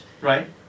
right